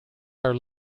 are